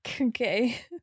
Okay